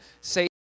say